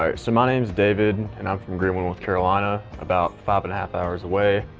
ah so my name's david, and i'm from greenville, north carolina, about five and a half hours away.